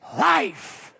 life